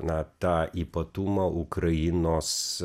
na tą ypatumą ukrainos